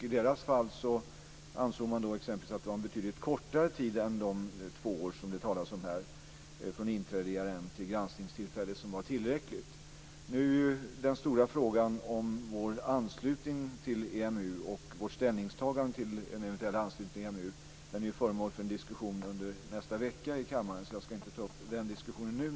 I deras fall ansåg man exempelvis att en betydligt kortare tid än de två år som det här talas om från inträde i ERM till granskningstillfället var tillräckligt. Den stora frågan är nu vår anslutning till EMU. Vårt ställningstagande till en eventuell anslutning till EMU är föremål för diskussion under nästa vecka i kammaren. Jag ska därför inte ta upp den diskussionen nu.